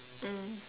mm